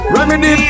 Remedy